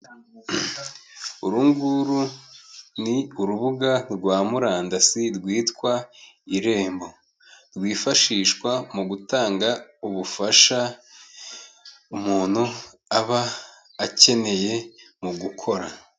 Uru nguru ni urubuga rwa murandasi rwitwa irembo. Rwifashishwa mu gutanga ubufasha umuntu aba akeneye mu gukora.